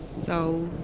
so,